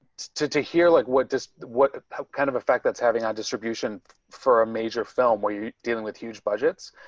to to hear like what this, what kind of effect that's having on distribution for a major film where you're dealing with huge budgets,